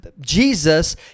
Jesus